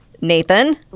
Nathan